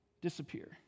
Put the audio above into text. disappear